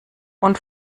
und